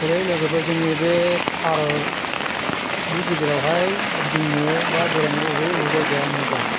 hello लोगोफोर जोङो बे भारतनि गेजेरावहाय गिदिंनो बा बेरायनो बबे बबे जायगाया मोजां